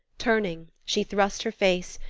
turning, she thrust her face,